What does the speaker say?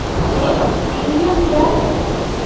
एक प्रीमियम क्या है?